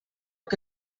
que